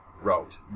wrote